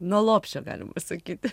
nuo lopšio galima sakyti